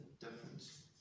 difference